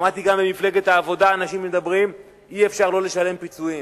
שמעתי גם במפלגת העבודה אנשים מדברים: אי-אפשר לא לשלם פיצויים.